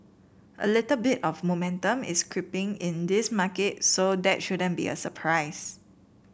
a little bit of momentum is creeping in this market so that shouldn't be a surprise